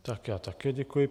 Tak já také děkuji.